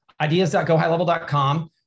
ideas.gohighlevel.com